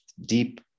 deep